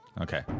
Okay